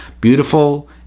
Beautiful